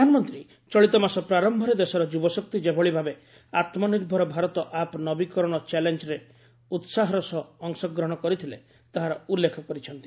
ପ୍ରଧାନମନ୍ତ୍ରୀ ଚଳିତମାସ ପ୍ରାରମ୍ଭରେ ଦେଶର ଯୁବଶକ୍ତି ଯେଭଳି ଭାବେ ଆତ୍ମନିର୍ଭର ଭାରତ ଆପ୍ ନବୀକରଣ ଚାଲେଞ୍ଜରେ ଉତ୍ସାହର ସହ ଅଶ ଗ୍ରହଣ କରିଥିଲେ ତାହାର ଉଲ୍ଲେଖ କରିଛନ୍ତି